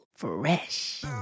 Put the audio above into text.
Fresh